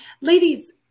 ladies